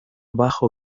bajo